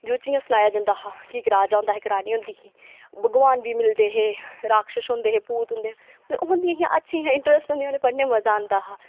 जेह्दे च इयां सनाया जंदा हा कि इक राजा होंदा हा इक रानी होंदी ही भगवान बी मिलदे हे राक्षस होंदे हे भूत होंदे हे मतलब होंदिया हियां अच्छी होंदी ही इंट्रस्ट होंदा उ'नेंगी पढ़ने च मजा आंदा हा